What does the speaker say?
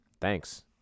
thanks